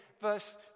verse